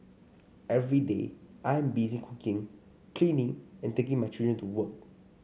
every day I am busy cooking cleaning and taking my children to